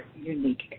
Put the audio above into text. unique